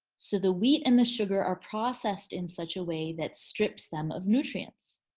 so the wheat and the sugar are processed in such a way that strips them of nutrients.